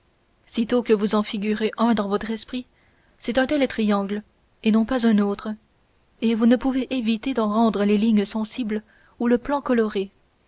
sitôt que vous en figurez un dans votre esprit c'est un tel triangle et non pas un autre et vous ne pouvez éviter d'en rendre les lignes sensibles ou le plan coloré